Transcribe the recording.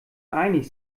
einig